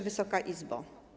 Wysoka Izbo!